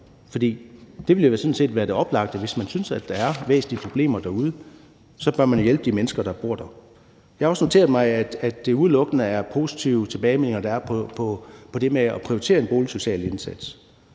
set være det oplagte. Hvis man synes, at der er væsentlige problemer derude, så bør man hjælpe de mennesker, der bor der. Jeg har også noteret mig, at der udelukkende er positive tilbagemeldinger om det med at prioritere en boligsocial indsats,